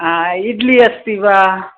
ह इड्लि अस्ति वा